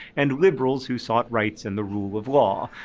and liberals who sought rights and the rule of law.